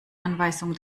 anweisungen